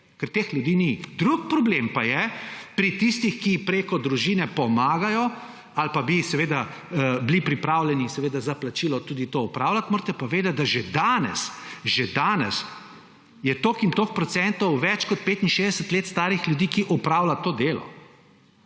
ker teh ljudi ni. Drug problem pa je pri tistih, ki preko družine pomagajo ali pa bi seveda bili pripravljeni seveda za plačilo tudi to opravljati, morate pa vedeti, da že danes je toliko in toliko procentov več kot 65 let starih ljudi, ki opravlja to delo.